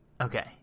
Okay